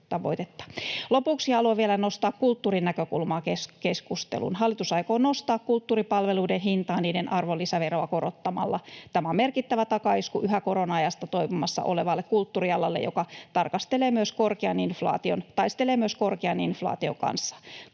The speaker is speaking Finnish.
Lopuksi haluan vielä nostaa kulttuurinäkökulmaa keskusteluun. Hallitus aikoo nostaa kulttuuripalveluiden hintaa niiden arvonlisäveroa korottamalla. Tämä on merkittävä takaisku yhä korona-ajasta toipumassa olevalle kulttuurialalle, joka taistelee myös korkean inflaation kanssa.